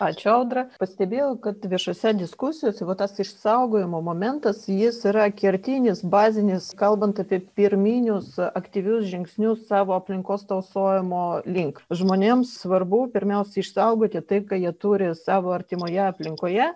ačiū audra pastebėjau kad viešose diskusijose vat tas išsaugojimo momentas jis yra kertinis bazinis kalbant apie pirminius aktyvius žingsnius savo aplinkos tausojimo link žmonėms svarbu pirmiausia išsaugoti tai ką jie turi savo artimoje aplinkoje